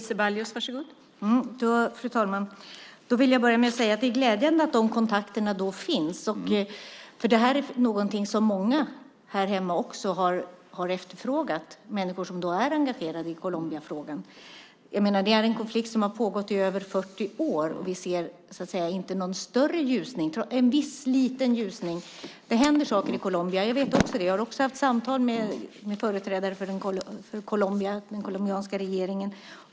Fru talman! Jag vill börja med att säga att det är glädjande att dessa kontakter finns. Det här är något som många här hemma också har efterfrågat, människor som är engagerade i Colombiafrågan. Det här är en konflikt som har pågått i över 40 år, och vi ser ingen större ljusning. Vi ser en viss, liten, ljusning. Det händer saker i Colombia, jag vet också det. Jag har också haft samtal med företrädare för den colombianska regeringen.